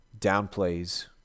downplays